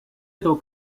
этого